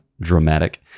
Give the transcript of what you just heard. dramatic